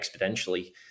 exponentially